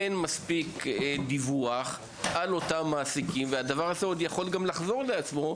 אין מספיק דיווח על אותם מעסיקים והדבר הזה יכול גם לחזור על עצמו.